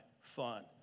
fun